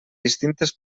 distintes